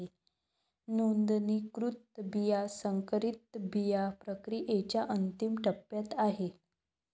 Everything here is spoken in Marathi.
नोंदणीकृत बिया संकरित बिया प्रक्रियेच्या अंतिम टप्प्यात आहेत